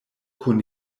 kun